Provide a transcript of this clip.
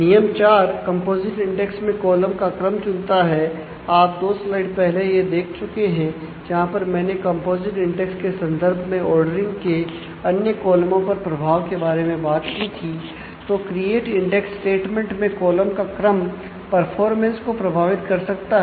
नियम 4 composite index को प्रभावित कर सकता है